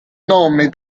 nome